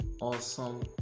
awesome